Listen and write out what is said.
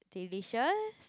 delicious